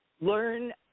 learn